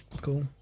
cool